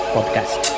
Podcast